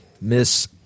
miss